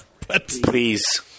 Please